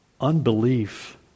unbelief